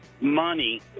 money